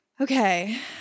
okay